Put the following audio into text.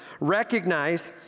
recognize